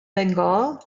bengal